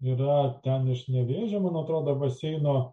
yra ten iš nevėžio man atrodo baseino